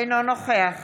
אינו נוכח